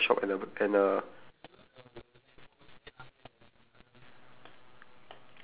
isn't it just pharma~ wait isn't it just pharmacy butcher magical toy shop and a and a